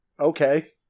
okay